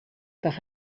par